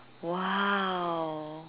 !wow!